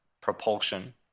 propulsion